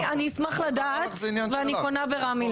לחסוך זמן וכדומה.